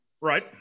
Right